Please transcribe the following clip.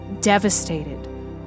devastated